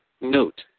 Note